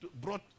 brought